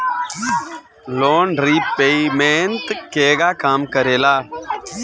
Loan repayment केगा काम करेला?